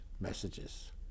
messages